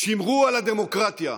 שימרו על הדמוקרטיה,